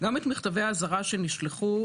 גם את מכתבי האזהרה שנשלחו